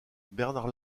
bernard